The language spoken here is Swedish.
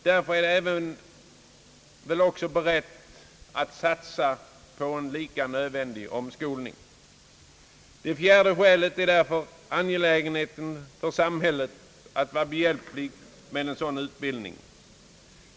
Därför är det även berett att satsa på en lika nödvändig omskolning. Det fjärde skälet är därför angelägenheten för samhället att vara behjälpligt med en sådan utbildning.